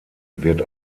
wird